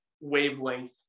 wavelength